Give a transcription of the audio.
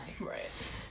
right